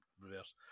reverse